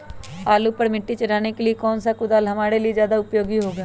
आलू पर मिट्टी चढ़ाने के लिए कौन सा कुदाल हमारे लिए ज्यादा उपयोगी होगा?